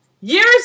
Years